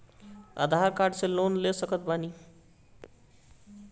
आधार card से loan ले सकत बणी?